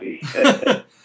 happy